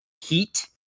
heat